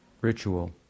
ritual